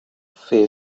fay